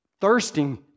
thirsting